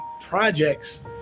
projects